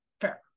fair